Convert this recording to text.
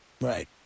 Right